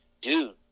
dude